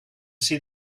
see